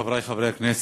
חברי חברי הכנסת,